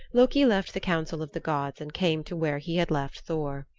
loki left the council of the gods and came to where he had left thor.